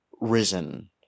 risen